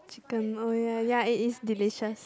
chicken oh ya ya it is delicious